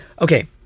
okay